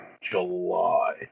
July